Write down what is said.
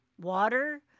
Water